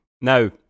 now